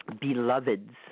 beloveds